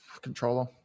Controller